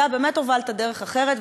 אתה באמת הובלת דרך אחרת,